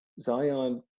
Zion